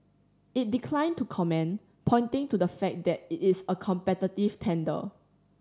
it declined to comment pointing to the fact that it is a competitive tender